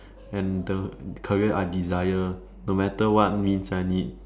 and the career I desire no matter what means I need